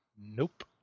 Nope